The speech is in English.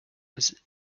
was